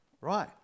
Right